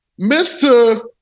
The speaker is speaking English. Mr